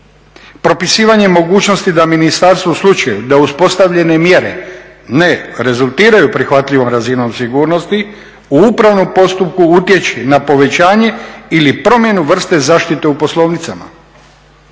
propisivanje mogućnosti da ministarstvo u slučaju da uspostavljene mjere ne rezultiraju prihvatljivom razinom sigurnosti u upravnom postupku utječe na povećanje ili promjenu vrste zaštite u poslovnicama.